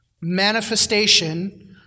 manifestation